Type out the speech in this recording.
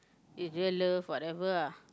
is real love whatever ah